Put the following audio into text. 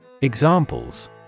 Examples